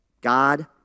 God